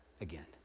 again